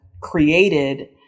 created